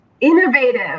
innovative